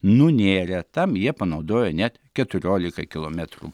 nunėrė tam jie panaudojo net keturiolika kilometrų